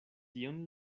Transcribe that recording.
tion